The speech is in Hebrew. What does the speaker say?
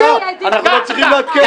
אנחנו לא צריכים לעדכן אותך.